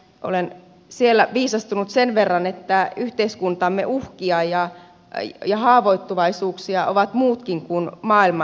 olen siellä viisastunut sen verran että yhteiskuntamme uhkia ja haavoittuvuuksia ovat muutkin kuin maailman sodat